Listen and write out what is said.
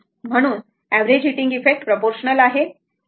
म्हणून average heating effect proportional आहे